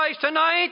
tonight